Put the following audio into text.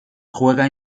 juega